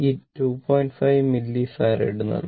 5 millifarad നൽകുന്നു